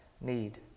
need